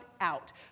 out